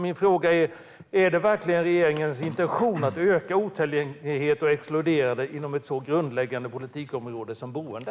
Min fråga är: Är det verkligen regeringens intention att öka otillgänglighet och exkluderande inom ett så grundläggande politikområde som boende?